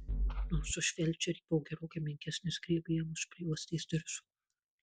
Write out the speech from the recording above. nors už felčerį buvo gerokai menkesnis griebė jam už prijuostės diržo